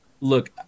Look